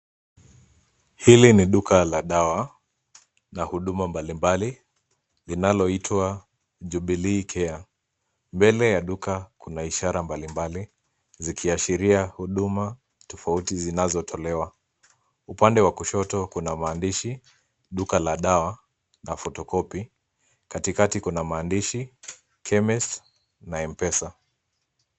Hili ni duka la dawa na huduma mbali mbali inaloitwa Jubilee care. Mbele ya duka kuna ishara mbalimbali zikiashiria huduma tofauti zinazotolewa. Upande wa kushoto kuna maandishi duka la dawa na photocopy . Katikati kuna maandishi chemist na M-pesa.